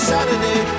Saturday